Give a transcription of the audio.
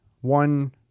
One